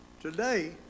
today